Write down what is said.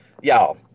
Y'all